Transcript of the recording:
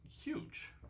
huge